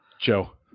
Joe